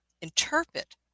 Interpret